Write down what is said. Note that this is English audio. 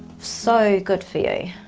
so good for you.